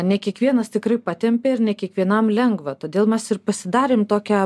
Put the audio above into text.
ne kiekvienas tikrai patempia ir ne kiekvienam lengva todėl mes ir pasidarėm tokią